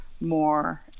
more